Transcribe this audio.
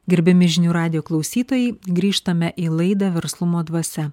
gerbiami žinių radijo klausytojai grįžtame į laidą verslumo dvasia